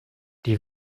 die